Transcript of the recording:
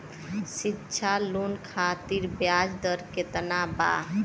शिक्षा लोन खातिर ब्याज दर केतना बा?